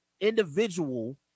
individual